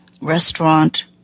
restaurant